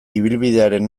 ibilbidearen